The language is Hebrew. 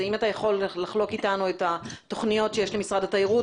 אם אתה יכול לחלוק אתנו את התוכניות שיש למשרד התיירות